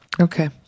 Okay